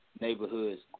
neighborhoods